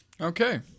okay